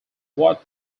wat